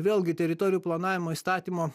vėlgi teritorijų planavimo įstatymo